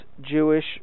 Jewish